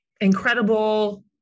incredible